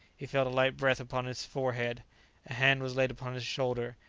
he felt a light breath upon his forehead a hand was laid upon his shoulder,